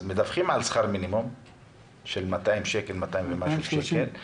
אז מדווחים על שכר מינימום של 200 ומשהו שקל,